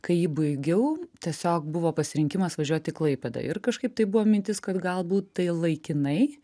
kai jį baigiau tiesiog buvo pasirinkimas važiuot į klaipėdą ir kažkaip tai buvo mintis kad galbūt tai laikinai